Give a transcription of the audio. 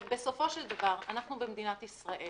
בסופו של דבר, אנחנו במדינת ישראל